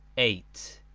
eight.